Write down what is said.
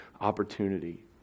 opportunity